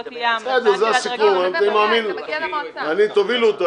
זו תהיה ההמלצה --- אתם תובילו אותה,